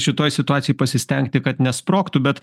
šitoj situacijoj pasistengti kad nesprogtų bet